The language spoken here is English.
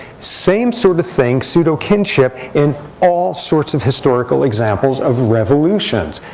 same sort of thing, pseudo kinship in all sorts of historical examples, of revolutions.